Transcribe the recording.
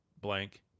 blank